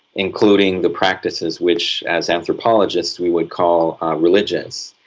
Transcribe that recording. including the practices which as anthropologists we would call religious.